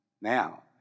now